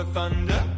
Thunder